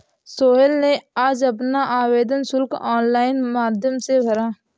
सोहेल ने आज अपना आवेदन शुल्क ऑनलाइन माध्यम से भरा